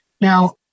Now